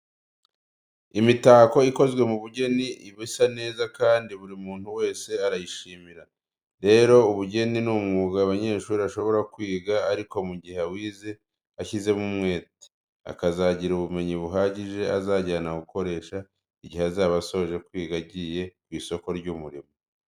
Imitako ikozwe mu bugeni iba isa neza kandi buri muntu wese arayishimira. Rero ubugeni ni umwuga umunyeshuri ashobora kwiga ariko mu gihe awize ashyizeho umwete, akazagira ubumenyi buhagije azajyana gukoresha igihe azaba asoje kwiga agiye ku isoko ry'umurimo.